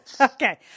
Okay